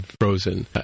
Frozen